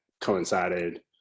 coincided